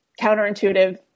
counterintuitive